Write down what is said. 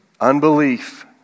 Unbelief